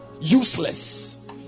Useless